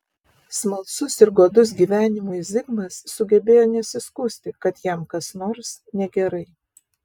smalsus ir godus gyvenimui zigmas sugebėjo nesiskųsti kad jam kas nors negerai